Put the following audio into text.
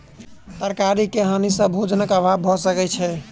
तरकारी के हानि सॅ भोजनक अभाव भअ सकै छै